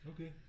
Okay